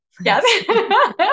Yes